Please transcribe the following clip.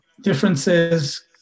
differences